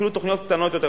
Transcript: אפילו תוכניות קטנות יותר,